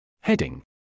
Heading